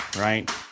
right